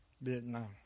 Vietnam